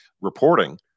reporting